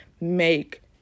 make